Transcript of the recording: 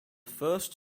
first